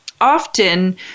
often